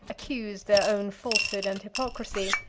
accused their own falsehood and hypocrisy,